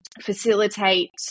facilitate